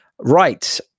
Right